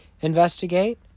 investigate